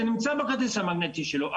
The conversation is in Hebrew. זה נמצא בכרטיס המגנטי שלו,